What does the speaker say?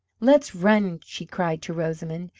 let's run! she cried to rosamond,